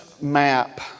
map